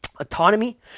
autonomy